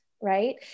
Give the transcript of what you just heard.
right